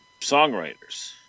songwriters